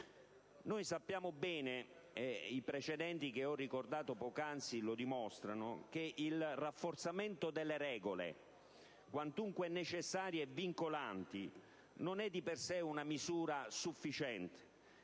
Noi sappiamo bene - i precedenti che ho ricordato poc'anzi lo dimostrano - che il rafforzamento delle regole, quantunque necessarie e vincolanti, non è di per sé una misura sufficiente,